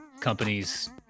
companies